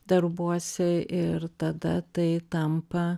darbuose ir tada tai tampa